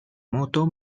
moto